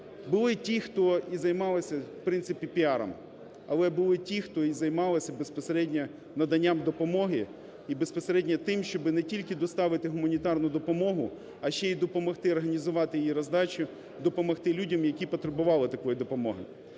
були ті, хто і займалися в принципі піаром. Але і були ті, хто і займалися безпосередньо наданням допомоги і безпосередньо тим, щоб не тільки доставити гуманітарну допомогу, а ще й допомогти організувати її роздачу, допомогти людям, які потребували такої допомоги.